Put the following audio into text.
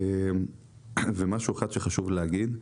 משהו שחשוב להגיד: